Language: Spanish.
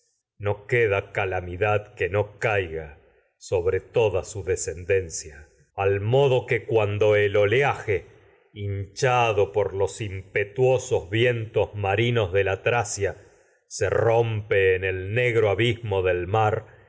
sacudida queda calamidad que no caiga sobre toda su descendencia al modo que el cuando oleaje hinchado la por los en impetuosos vientos marinos el negro y de tracia se rompe su abismo del mar